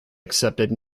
accepted